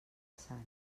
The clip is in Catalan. sant